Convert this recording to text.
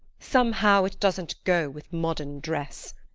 somehow it doesn't go with modern dress.